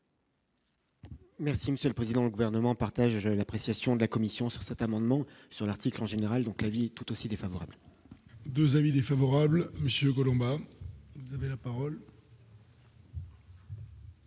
Merci monsieur le président, le gouvernement partage l'appréciation de la Commission sur cet amendement sur l'article en général, donc la vie, tout aussi défavorable. 2 avis défavorables Monsieur Collombat et la parole.